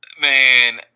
Man